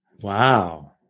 Wow